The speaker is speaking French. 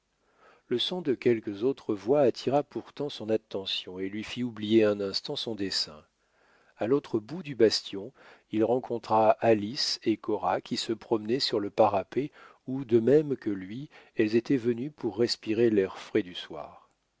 le son de quelques autres voix attira pourtant son attention et lui fit oublier un instant son dessein à l'autre bout du bastion il rencontra alice et cora qui se promenaient sur le parapet où de même que lui elles étaient venues pour respirer l'air frais du soir